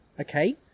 okay